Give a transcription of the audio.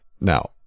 now